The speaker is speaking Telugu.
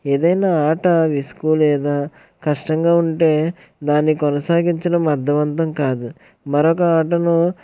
ఏదైనా ఆట విసుగు లేదా కష్టంగా ఉంటే దాన్ని కొనసాగించడం అర్ధవంతం కాదు మరొక ఆటను